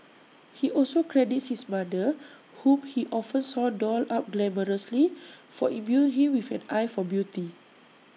he also credits his mother whom he often saw dolled up glamorously for imbuing him with an eye for beauty